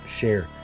share